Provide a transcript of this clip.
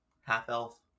Half-Elf